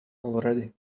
already